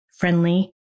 friendly